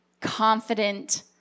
confident